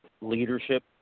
leadership